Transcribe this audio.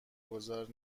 گذار